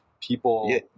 people